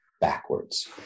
backwards